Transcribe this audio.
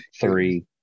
three